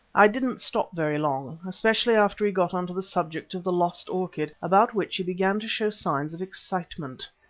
i didn't stop very long, especially after he got on to the subject of the lost orchid, about which he began to show signs of excitement.